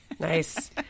Nice